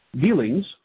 Dealings